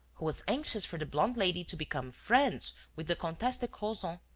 who was anxious for the blonde lady to become friends with the comtesse de crozon,